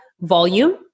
volume